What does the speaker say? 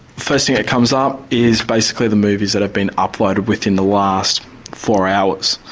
first thing that comes up is basically the movies that have been uploaded within the last four hours,